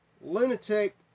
lunatic